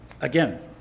Again